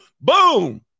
Boom